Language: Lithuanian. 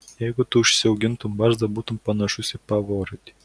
jeigu tu užsiaugintum barzdą būtum panašus į pavarotį